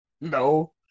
No